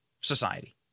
society